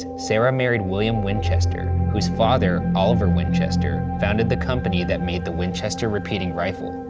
sarah married william winchester whose father, oliver winchester founded the company that made the winchester repeating rifle,